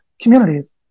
communities